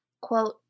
quote